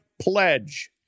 Pledge